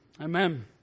Amen